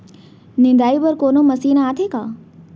निंदाई बर कोनो मशीन आथे का?